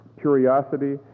curiosity